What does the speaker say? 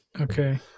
Okay